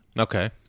Okay